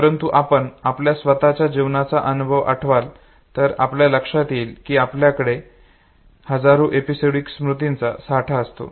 परंतु आपण आपल्या स्वतच्या जीवनाचा अनुभव आठवाल तर आपल्या लक्षात येईल की आपल्याकडे हजारो एपिसोडिक स्मृतींचा साठा असतो